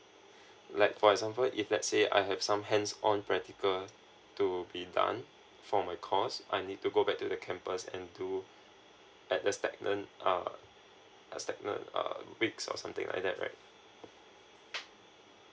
like for example if let's say I have some hands on practical to be done for my course I need to go back to the campus and to add a stagnant uh a stagnant uh weeks or something like that right